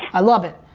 i love it.